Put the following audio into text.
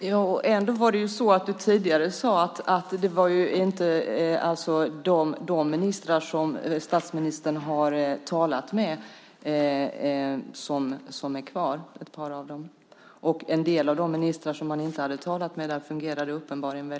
Herr talman! Ändå sade Mikael Johansson tidigare att ett par av de ministrar som statsministern hade talat med inte är kvar. För en del av de ministrar som han inte hade talat med fungerar det uppenbarligen väl.